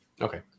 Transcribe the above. Okay